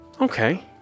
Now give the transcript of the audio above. Okay